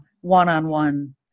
one-on-one